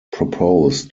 proposed